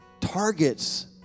targets